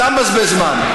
אתה מבזבז זמן.